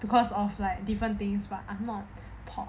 because of like different things ah